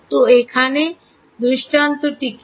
তো এখানে দৃষ্টান্তটি কী